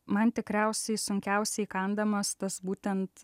man tikriausiai sunkiausiai įkandamas tas būtent